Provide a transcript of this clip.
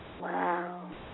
Wow